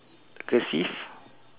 cursive